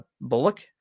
Bullock